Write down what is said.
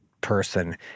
person